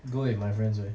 go with my friends where